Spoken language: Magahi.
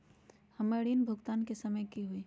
हमर ऋण भुगतान के समय कि होई?